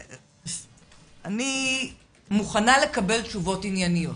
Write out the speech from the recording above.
אני מוכנה לקבל תשובות ענייניות.